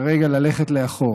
כרגע ללכת לאחור,